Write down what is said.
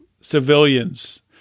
civilians